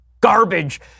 garbage